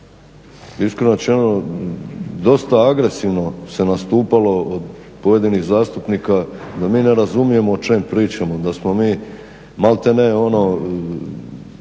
rečeno dosta agresivno se nastupalo od pojedinih zastupnika da mi ne razumijemo o čem pričamo, da smo mi maltene ono